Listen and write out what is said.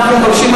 אנחנו מבקשים,